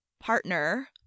partner